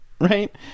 Right